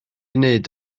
wneud